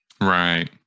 Right